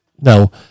no